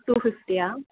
to fifty yeah